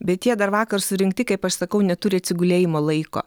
bet jie dar vakar surinkti kaip aš sakau neturi atsigulėjimo laiko